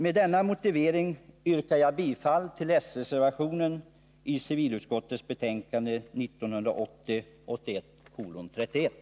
Med denna motivering yrkar jag bifall till reservationen vid civilutskottets betänkande 1980/81:31.